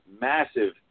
massive